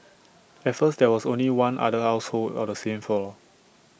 at first there was only one other household on the same floor